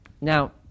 Now